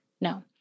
No